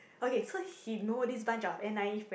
okay so he know this bunch of n_i_e friend